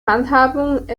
handhabung